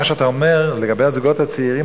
מה שאתה אומר לגבי הזוגות הצעירים,